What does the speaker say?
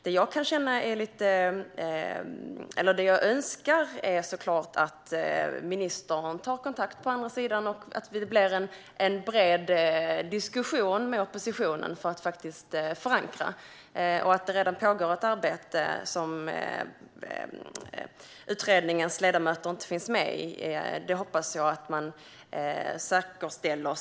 Det jag önskar är såklart att ministern tar kontakt på andra sidan och att det blir en bred diskussion med oppositionen för att faktiskt förankra. Att det redan pågår ett arbete som utredningens ledamöter inte finns med i hoppas jag att man säkerställer.